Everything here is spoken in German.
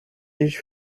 ich